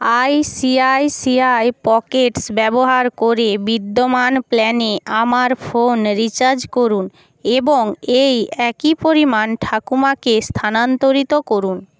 ICICI Pockets ব্যবহার করে বিদ্যমান প্ল্যানে আমার ফোন রিচার্জ করুন এবং এই একই পরিমাণ ঠাকুমাকে স্থানান্তরিত করুন